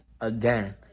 again